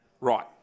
Right